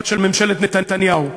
של ממשלת נתניהו,